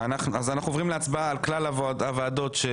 עוברים להצבעה על כלל הוועדות.